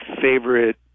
favorite